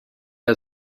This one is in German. der